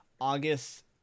August